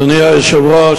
אדוני היושב-ראש,